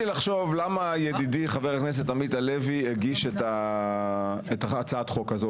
לחשוב למה ידידי חבר הכנסת עמית הלוי הגיש את הצעת החוק הזו,